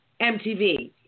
MTV